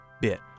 bit